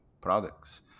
products